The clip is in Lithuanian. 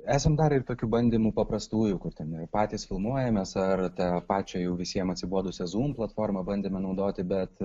esam darę ir tokių bandymų paprastųjų kur ten patys filmuojamės ar tą pačią jau visiem atsibodusią zūm platformą bandėme naudoti bet